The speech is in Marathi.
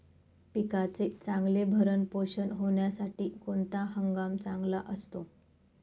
पिकाचे चांगले भरण पोषण होण्यासाठी कोणता हंगाम चांगला असतो?